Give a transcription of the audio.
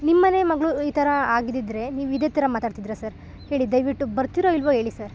ನಿಮ್ಮ ಮನೆ ಮಗಳು ಈ ಥರ ಆಗಿದ್ದಿದ್ರೆ ನೀವು ಇದೇ ಥರ ಮಾತಾಡ್ತಿದ್ರಾ ಸರ್ ಹೇಳಿ ದಯವಿಟ್ಟು ಬರ್ತೀರೋ ಇಲ್ಲವೋ ಹೇಳಿ ಸರ್